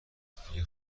خونه